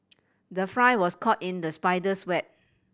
the fly was caught in the spider's web